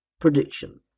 Prediction